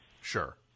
Sure